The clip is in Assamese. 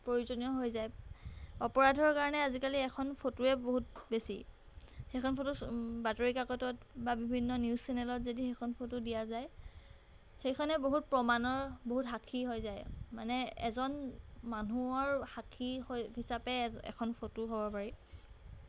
প্ৰয়োজনীয় হৈ যায় অপৰাধৰ কাৰণে আজিকালি এখন ফটোয়ে বহুত বেছি সেইখন ফটো বাতৰি কাকতত বা বিভিন্ন নিউজ চেনেলত যদি সেইখন ফটো দিয়া যায় সেইখনে বহুত প্ৰমাণৰ বহুত সাক্ষী হৈ যায় মানে এজন মানুহৰ সাক্ষী হৈ হিচাপে এখন ফটো হ'ব পাৰি